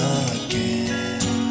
again